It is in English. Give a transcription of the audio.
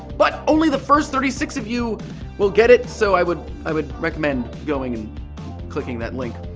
but, only the first thirty six of you will get it so i would i would recommend going and clicking that link.